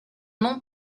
nom